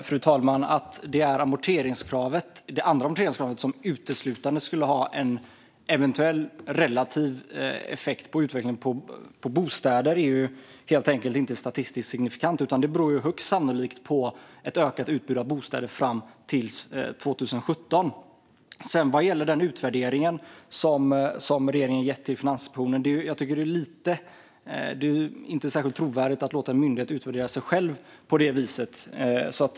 Fru talman! Att det är det andra amorteringskravet som uteslutande skulle ha en eventuell relativ effekt på prisutvecklingen för bostäder är helt enkelt inte statistiskt signifikant. Det beror högst sannolikt i stället på ett ökat utbud av bostäder fram till 2017. Vad gäller den utvärdering som regeringen gett Finansinspektionen i uppdrag att göra tycker jag inte att det är särskilt trovärdigt att låta en myndighet utvärdera sig själv på det viset.